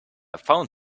found